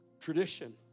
Tradition